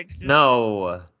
No